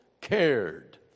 cared